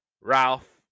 Ralph